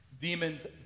Demons